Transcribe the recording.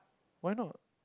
why not